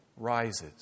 Rises